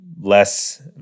Less